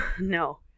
no